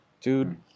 dude